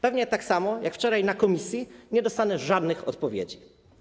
Pewnie tak samo, jak wczoraj na posiedzeniu komisji, nie dostanę żadnych odpowiedzi.